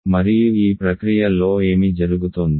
మరియు ఈ ప్రక్రియ లో ఏమి జరుగుతోంది